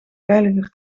veiliger